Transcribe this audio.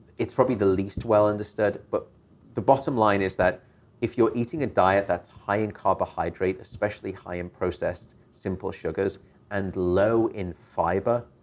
it's probably the least well understood. but the bottom line is that if you're eating a diet that's high in carbohydrate, especially high in processed simple sugars and low in fiber,